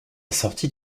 sortie